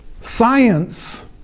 science